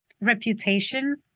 reputation